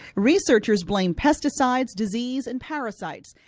researchers blame pesticides, disease, and parasites.